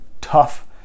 tough